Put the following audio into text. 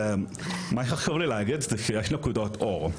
מה שחשוב לי להגיד זה שיש נקודות אור.